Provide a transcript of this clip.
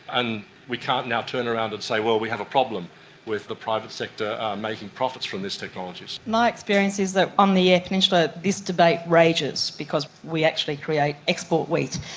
and we can't now turn around and say, well, we have a problem with the private sector making profits from these technologies. my experience is that on the eyre peninsula this debate rages because we actually create export wheat,